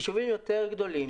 ישובים גדולים יותר,